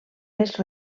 les